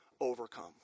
Overcome